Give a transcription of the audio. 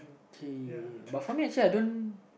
K but for me actually I don't